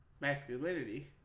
masculinity